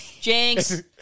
Jinx